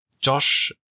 Josh